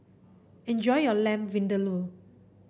enjoy your Lamb Vindaloo